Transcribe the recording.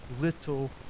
little